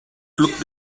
looked